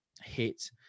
hit